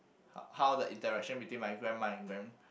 how the interaction between my grandma and grand~